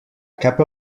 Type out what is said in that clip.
cap